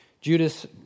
Judas